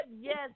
yes